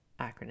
acronym